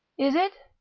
is it?